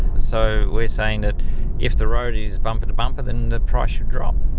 so we're saying that if the road is bumper to bumper then the price should drop.